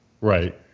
Right